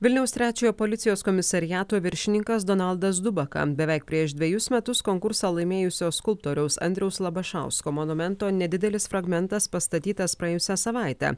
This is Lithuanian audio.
vilniaus trečiojo policijos komisariato viršininkas donaldas dubaka beveik prieš dvejus metus konkursą laimėjusio skulptoriaus andriaus labašausko monumento nedidelis fragmentas pastatytas praėjusią savaitę